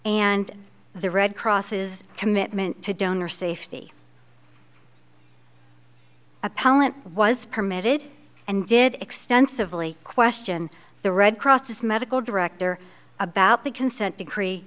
and the red cross commitment to donor safety appellant was permitted and did extensively question the red cross medical director about the consent decree